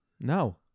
No